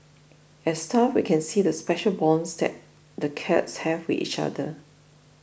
as staff we can see the special bonds that the cats have with each other